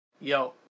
Yo